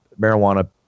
marijuana